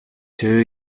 two